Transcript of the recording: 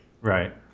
right